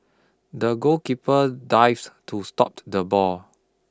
the goalkeeper dived to stop the ball